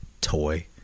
toy